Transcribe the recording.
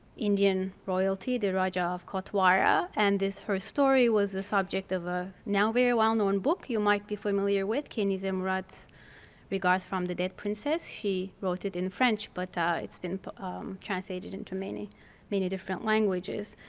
indian royalty, the raja of kotwara. and her story was the subject of a now very well-known book you might be familiar with. kenize um mourad's regards from the dead princess. she wrote it in french but it's been translated into many many different languages.